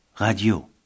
Radio